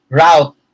route